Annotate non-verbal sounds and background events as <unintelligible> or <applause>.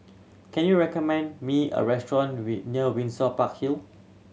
can you recommend me a restaurant <unintelligible> near Windsor Park Hill